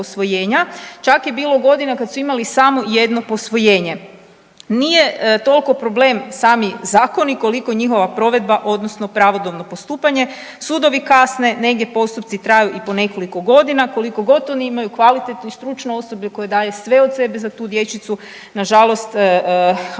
čak je bilo godina kad su imali samo jedno posvojenje. Nije toliko problem sami zakoni koliko njihova provedba odnosno pravodobno postupanje. Sudovi kasne, negdje postupci kraju i po nekoliko godina. Koliko god oni imaju kvalitetno i stručno osoblje koje daje sve od sebe za tu dječicu nažalost ako